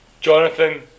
Jonathan